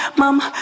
mama